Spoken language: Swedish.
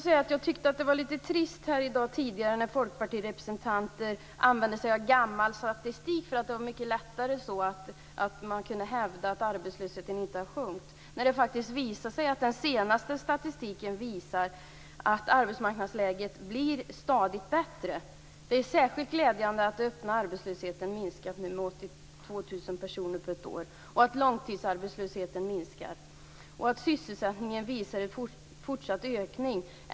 Jag tyckte att det var litet trist tidigare här i dag när folkpartirepresentanter använde sig av gammal statistik. Det blev lättare så att hävda att arbetslösheten inte har sjunkit, när den senaste statistiken faktiskt visar att arbetsmarknadsläget stadigt blir bättre. Det är särskilt glädjande att den öppna arbetslösheten har minskat med 82 000 personer på ett år och att långtidsarbetslösheten minskar. Sysselsättningen visar också en fortsatt ökning.